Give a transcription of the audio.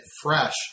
fresh